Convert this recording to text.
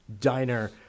diner –